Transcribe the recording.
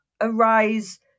arise